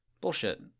Bullshit